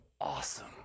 awesome